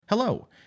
Hello